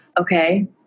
okay